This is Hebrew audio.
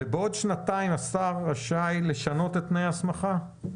בעוד שנתיים השר רשאי לשנות את תנאי ההסמכה?